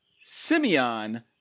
Simeon